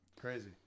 crazy